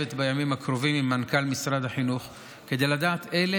בימים הקרובים עם מנכ"ל משרד החינוך כדי לדעת אילו